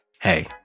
Hey